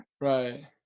right